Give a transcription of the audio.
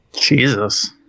Jesus